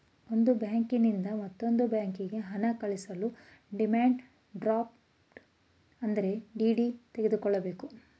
ಒಂದು ಬ್ಯಾಂಕಿನಿಂದ ಮತ್ತೊಂದು ಬ್ಯಾಂಕಿಗೆ ಹಣ ಕಳಿಸಲು ಡಿಮ್ಯಾಂಡ್ ಡ್ರಾಫ್ಟ್ ಅಂದರೆ ಡಿ.ಡಿ ತೆಗೆದುಕೊಳ್ಳಬೇಕು